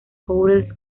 hotels